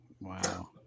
Wow